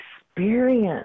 experience